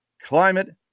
climate